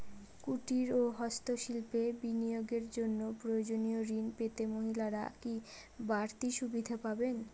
কুটীর ও হস্ত শিল্পে বিনিয়োগের জন্য প্রয়োজনীয় ঋণ পেতে মহিলারা কি বাড়তি সুবিধে পাবেন?